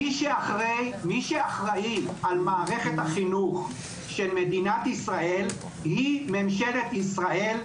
מי שאחראי על מערכת החינוך של מדינת ישראל היא ממשלת ישראל,